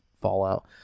Fallout